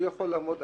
הוא יכול לעמוד.